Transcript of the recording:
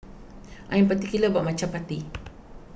I am particular about my Chapati